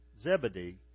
Zebedee